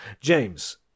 James